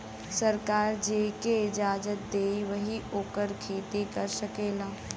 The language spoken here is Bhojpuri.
सरकार जेके इजाजत देई वही ओकर खेती कर सकेला